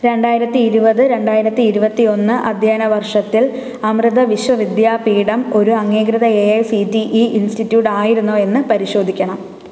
രണ്ടായിരത്തി ഇരുപത് രണ്ടായിരത്തി ഇരുപത്തി ഒന്ന് അധ്യയന വർഷത്തിൽ അമൃത വിശ്വവിദ്യാപീഠം ഒരു അംഗീകൃത A I C T E institute ആയിരുന്നോ എന്ന് പരിശോധിക്കണം